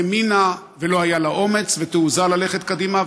לא האמינה ולא היו לה אומץ ותעוזה ללכת קדימה.